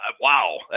wow